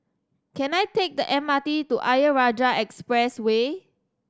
can I take the M R T to Ayer Rajah Expressway